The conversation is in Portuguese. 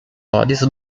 olhos